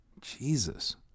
Jesus